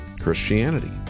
Christianity